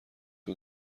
اون